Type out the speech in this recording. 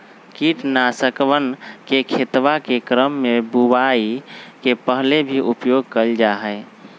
कीटनाशकवन के खेतवा के क्रम में बुवाई के पहले भी उपयोग कइल जाहई